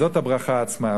זאת הברכה עצמה.